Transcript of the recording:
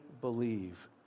believe